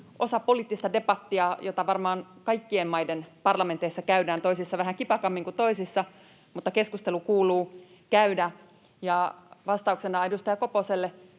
osa poliittista debattia, jota varmaan kaikkien maiden parlamenteissa käydään, toisissa vähän kipakammin kuin toisissa, mutta keskustelu kuuluu käydä. Vastauksena edustaja Koposelle: